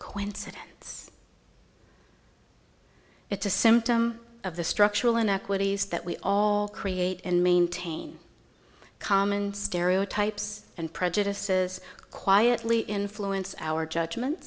coincidence it's a symptom of the structural inequities that we all create and maintain common stereotypes and prejudices quietly influence our judgments